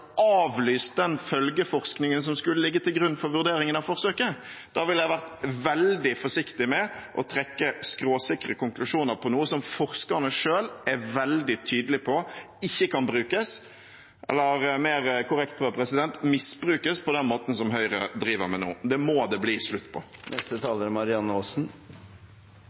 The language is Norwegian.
avlyst den følgeforskningen som skulle ligge til grunn for vurderingen av forsøket. Da ville jeg vært veldig forsiktig med å trekke skråsikre konklusjoner om noe som forskerne selv er veldig tydelige på ikke kan brukes – eller, mer korrekt: misbrukes – på den måten som Høyre driver med nå. Det må det bli slutt på.